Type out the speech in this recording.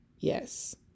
Yes